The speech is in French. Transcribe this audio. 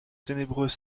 ténébreux